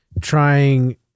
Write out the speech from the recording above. trying